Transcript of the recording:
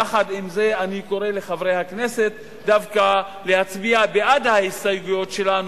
יחד עם זה אני קורא לחברי הכנסת דווקא להצביע בעד ההסתייגויות שלנו,